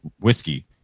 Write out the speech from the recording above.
whiskey